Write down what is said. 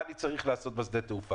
יש יישוב בחבל מודיעין --- אבל אין מפכ"ל.